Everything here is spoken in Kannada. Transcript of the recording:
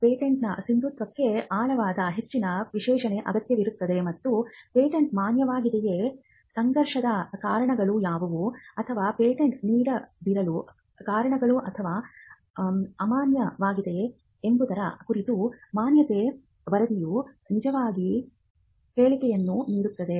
ಪೇಟೆಂಟ್ನ ಸಿಂಧುತ್ವಕ್ಕೆ ಆಳವಾದ ಹೆಚ್ಚಿನ ವಿಶ್ಲೇಷಣೆ ಅಗತ್ಯವಿರುತ್ತದೆ ಮತ್ತು ಪೇಟೆಂಟ್ ಮಾನ್ಯವಾಗಿದೆಯೇ ಸಂಘರ್ಷದ ಕಾರಣಗಳು ಯಾವುವು ಅಥವಾ ಪೇಟೆಂಟ್ ನೀಡದಿರಲು ಕಾರಣಗಳು ಅಥವಾ ಅಮಾನ್ಯವಾಗಿದೆ ಎಂಬುದರ ಕುರಿತು ಮಾನ್ಯತೆ ವರದಿಯು ನಿಜವಾಗಿ ಹೇಳಿಕೆಯನ್ನು ನೀಡುತ್ತದೆ